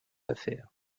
affaires